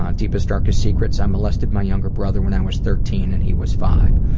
um deepest darkest secrets, i molested my younger brother when i was thirteen and he was five.